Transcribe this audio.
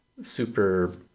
super